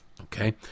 Okay